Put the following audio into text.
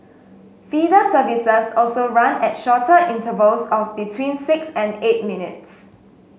feeder services also run at shorter intervals of between six and eight minutes